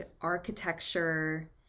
architecture